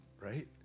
right